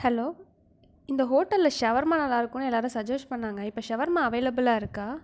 hello இந்த ஹோட்டலில் ஷவர்மா நல்லாயிருக்குன்னு எல்லாரும் சஜஸ்ட் பண்ணாங்க இப்போ ஷவர்மா அவைலபுளாக இருக்கா